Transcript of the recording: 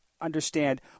understand